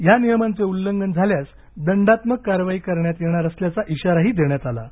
या नियमाचे उल्लंघन झाल्यास दंडात्मक कारवाई करण्यात येणार असल्याचा इशाराही देण्यात आला आहे